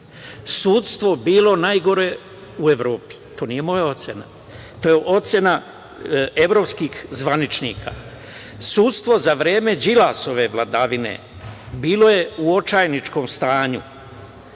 sudstvo bilo najgore u Evropi. To nije moja ocena. To je ocena evropskih zvaničnika. Sudstvo za vreme Đilasove vladavine bilo je u očajničkom stanju,